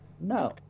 No